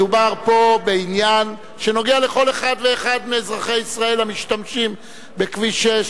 מדובר פה בעניין שנוגע לכל אחד ואחד מאזרחי ישראל המשתמשים בכביש 6,